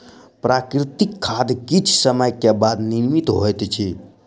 प्राकृतिक खाद किछ समय के बाद निर्मित होइत अछि